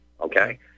okay